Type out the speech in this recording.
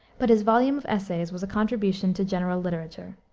but his volume of essays was a contribution to general literature.